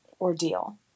ordeal